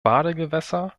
badegewässer